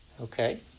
Okay